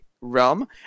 realm